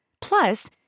Plus